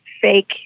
fake